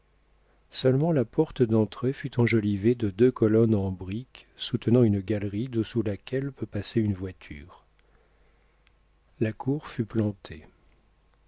seulement la porte d'entrée fut enjolivée de deux colonnes en briques soutenant une galerie dessous laquelle peut passer une voiture la cour fut plantée